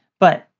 but,